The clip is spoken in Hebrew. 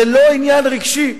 זה לא עניין רגשי.